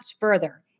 further